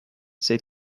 they